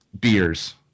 beers